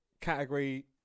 category